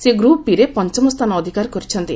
ସେ ଗ୍ରୁପ ବି'ରେ ପଞ୍ଚମ ସ୍ଥାନ ଅଧିକାର କରିଛନ୍ତି